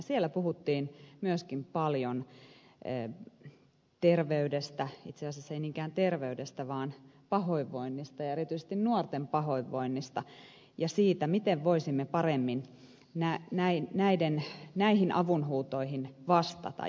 siellä puhuttiin myöskin paljon terveydestä itse asiassa ei niinkään terveydestä vaan pahoinvoinnista ja erityisesti nuorten pahoinvoinnista ja siitä miten voisimme paremmin näihin avunhuutoihin vastata